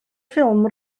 ffilm